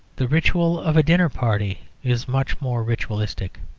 the ritual of a dinner-party is much more ritualistic.